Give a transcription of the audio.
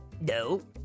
no